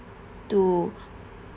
to